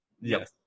Yes